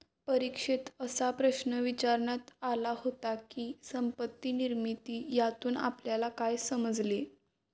परीक्षेत असा प्रश्न विचारण्यात आला होता की, संपत्ती निर्मिती यातून आपल्याला काय समजले?